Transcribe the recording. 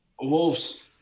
Wolves